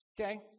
Okay